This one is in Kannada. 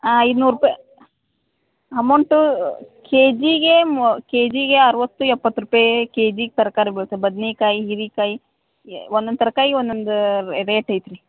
ಹಾಂ ಐದು ನೂರು ರೂಪಾಯಿ ಅಮೌಂಟು ಕೆ ಜಿಗೇ ಮೂ ಕೆ ಜಿಗೆ ಅರವತ್ತು ಎಪ್ಪತ್ತು ರೂಪಾಯಿ ಕೆ ಜಿಗೆ ತರಕಾರಿ ಬೀಳ್ತವೆ ಬದನೆಕಾಯಿ ಹೀರೀ್ಕಾಯಿ ಏ ಒಂದೊಂದು ತರಕಾರಿಗೆ ಒಂದೊಂದು ರೇಟ್ ಐತೆ ರೀ